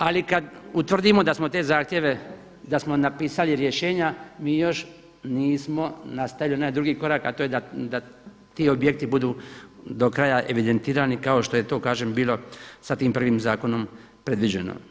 Ali kad utvrdimo da smo te zahtjeve, da smo napisali rješenja mi još nismo nastavili onaj drugi korak, a to je da ti objekti budu do kraja evidentirani kao što je to kažem bilo sa tim prvim zakonom predviđeno.